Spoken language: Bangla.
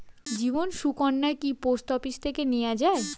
জীবন সুকন্যা কি পোস্ট অফিস থেকে নেওয়া যায়?